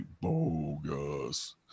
bogus